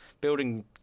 building